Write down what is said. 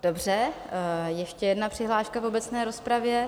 Dobře, ještě jedna přihláška v obecné rozpravě.